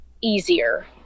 easier